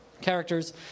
characters